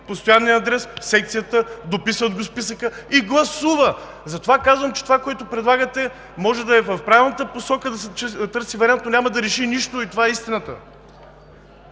постоянен адрес, идва в секцията, дописват го в списъка и гласува. Затова казвам, че това, което предлагате, може да е в правилната посока, да се търси вариант, но няма да реши нищо. Това е истината!